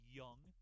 young